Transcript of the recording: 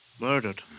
Murdered